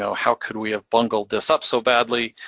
so how could we have bungled this up so badly,